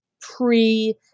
pre-